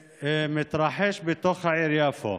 שמתרחש בתוך העיר יפו.